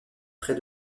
près